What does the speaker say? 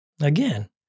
Again